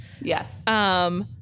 Yes